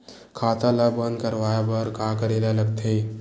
खाता ला बंद करवाय बार का करे ला लगथे?